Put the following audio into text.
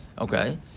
Okay